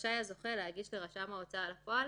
רשאי הזוכה להגיש לרשם ההוצאה לפועל